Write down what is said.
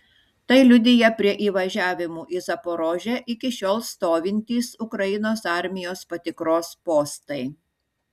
tai liudija prie įvažiavimų į zaporožę iki šiol stovintys ukrainos armijos patikros postai